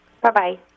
Bye-bye